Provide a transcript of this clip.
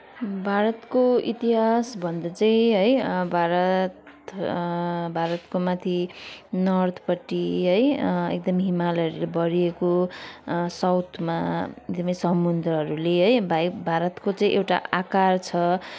भारतको इतिहास भन्दा चाहिँ है भारत भारतको माथि नर्थपट्टि है एकदम हिमालयहरूले भरिएको साउथमा एकदमै समुद्रहरूले है भाइब भारतको चाहिँ एउटा आकार छ